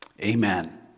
Amen